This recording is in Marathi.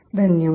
धन्यवाद